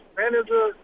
manager